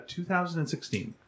2016